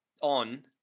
on